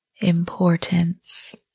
importance